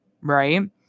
right